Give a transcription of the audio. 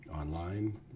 online